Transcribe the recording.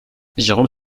jérôme